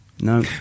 No